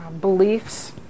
beliefs